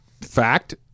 Fact